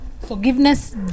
Forgiveness